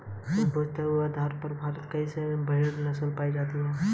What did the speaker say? भौगोलिक स्थिति के आधार पर भारत में कई भेड़ नस्लें पाई जाती हैं